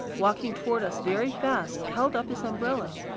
walking toward us very fast, held up his umbrella.